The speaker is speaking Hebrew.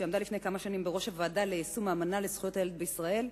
שעמדה לפני כמה שנים בראש הוועדה ליישום האמנה לזכויות הילד בישראל,